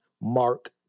Mark